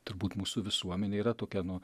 turbūt mūsų visuomenė yra tokia nu